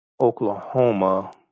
Oklahoma